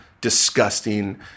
disgusting